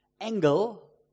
angle